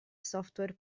software